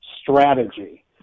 strategy